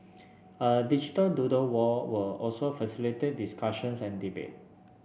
a digital doodle wall will also facilitate discussions and debate